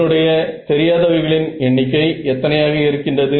என்னுடைய தெரியாதவைகளின் எண்ணிக்கை எத்தனையாக இருக்கின்றது